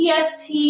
PST